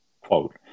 quote